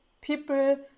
people